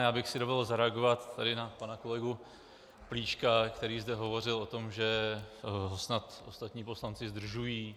Já bych si dovolil zareagovat tady na pana kolegu Plíška, který zde hovořil o tom, že snad ostatní poslanci zdržují.